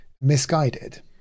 misguided